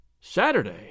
Saturday